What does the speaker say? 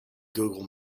google